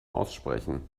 aussprechen